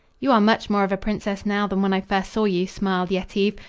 you are much more of a princess now than when i first saw you, smiled yetive,